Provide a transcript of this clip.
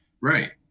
Right